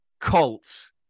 Colts